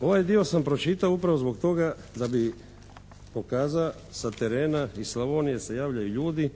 Ovaj dio sam pročitao upravo zbog toga da bi pokazao sa terena iz Slavonije se javljaju ljudi